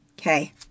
Okay